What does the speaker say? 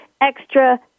extra